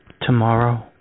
tomorrow